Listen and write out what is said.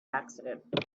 accident